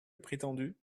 prétendu